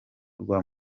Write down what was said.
rwa